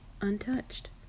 untouched